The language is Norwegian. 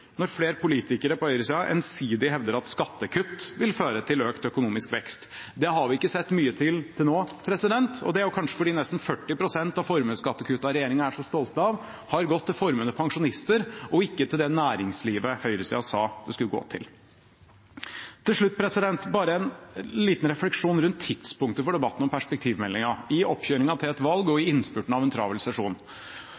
når flere politikere på høyresida ensidig hevder at skattekutt vil føre til økt økonomisk vekst. Det har vi ikke sett mye til til nå, og det er kanskje fordi nesten 40 pst. av formuesskattekuttene regjeringen er så stolt av, har gått til formuende pensjonister og ikke til det næringslivet høyresida sa det skulle gå til. Til slutt bare en liten refleksjon rundt tidspunktet for debatten om perspektivmeldingen, i oppkjøringen til et valg og i